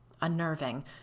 unnerving